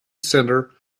centre